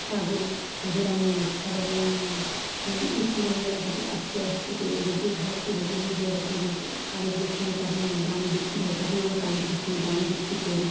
ছাগল যেরকম ওই ছাগল যেরকম একটুকুনিবেলা থেকে আস্তে আস্তে করে ওদের দেখভাল করে করে বড় করি কালী পুজোর সময় তখন ওর দামে বিক্রি হয় তখন আমরা কালী পুজোর সময় দামে বিক্রি করি